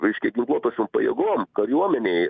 reiškia ginkluotosiom pajėgom kariuomenei